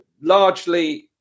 largely